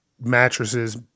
mattresses